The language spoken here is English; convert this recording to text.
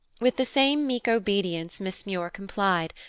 with the same meek obedience miss muir complied,